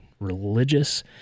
religious